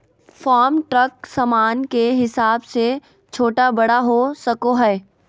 farm truck सामान के हिसाब से छोटा बड़ा हो सको हय